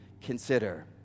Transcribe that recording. consider